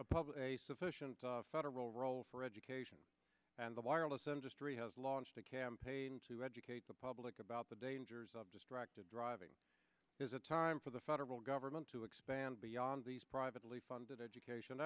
public a sufficient federal role for education and the wireless industry has launched a campaign to educate the public about the dangers of distracted driving is it time for the federal government to expand beyond these privately funded education